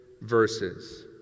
verses